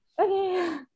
okay